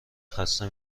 خسته